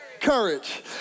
courage